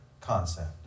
concept